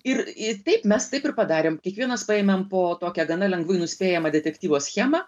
ir i taip mes taip ir padarėm kiekvienas paėmėm po tokią gana lengvai nuspėjamą detektyvo schemą